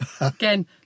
Again